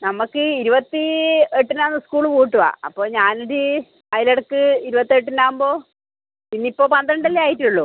നമുക്ക് ഇരുപത്തി എട്ടിനാണ് സ്കൂൾ പൂട്ടുക അപ്പോൾ ഞാൻ ഒരു അതിൽ ഇടക്ക് ഇരുപത്തിയെട്ടിന് ആവുമ്പോൾ ഇന്ന് ഇപ്പോൾ പന്ത്രണ്ട് അല്ലേ ആയിട്ടുള്ളൂ